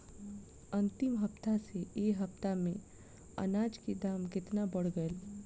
अंतिम हफ्ता से ए हफ्ता मे अनाज के दाम केतना बढ़ गएल?